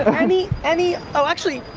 any, any, oh actually,